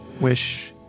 wish